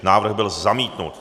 Návrh byl zamítnut.